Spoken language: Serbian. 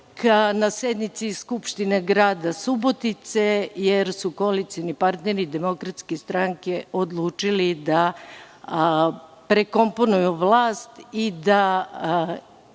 na sednici Skupštine grada Subotica, jer su koalicioni partneri DS odlučili da prekomponuju vlast i da